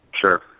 Sure